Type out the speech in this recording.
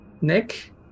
Nick